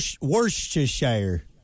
Worcestershire